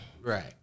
Right